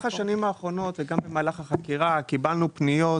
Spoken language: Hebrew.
השנים האחרונות ובמהלך החקירה קיבלנו פניות